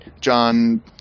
John